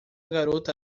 garota